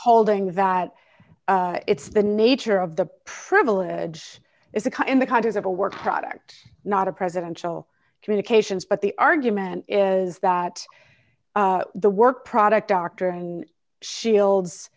holding that it's the nature of the privilege is a kind the contours of a work product not a presidential communications but the argument is that the work product doctrine shields